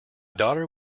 daughter